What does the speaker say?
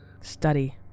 Study